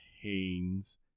Haynes